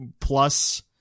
Plus